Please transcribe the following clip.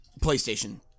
PlayStation